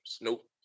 Nope